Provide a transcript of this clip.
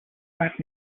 right